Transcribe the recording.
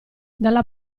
dalla